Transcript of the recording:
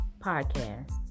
podcast